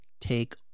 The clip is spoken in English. take